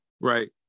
Right